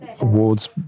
awards